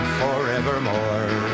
forevermore